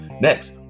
Next